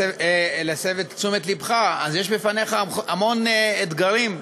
יש בפניך המון אתגרים.